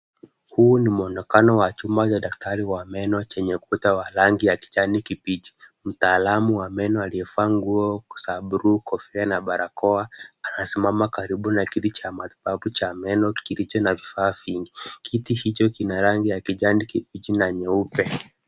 Huu ni mwonekano wa chuma za daktari wa meno chenye kuta wa rangi ya kijani kibichi. Mtaalamu wa meno aliyevalia nguo za buluu kofia na barakoa anasimama karibu na kiti cha matibabu cha meno kilicho na vifaa vingi. Kiti hicho kina rangi ya ijani kibichi na nyeupe.